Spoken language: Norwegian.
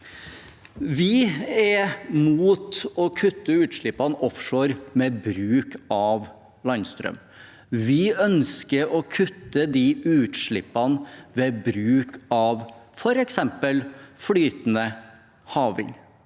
Vi er imot å kutte utslippene offshore ved bruk av landstrøm. Vi ønsker å kutte de utslippene ved bruk av f.eks. flytende havvind.